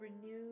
renew